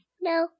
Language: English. No